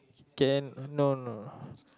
K no no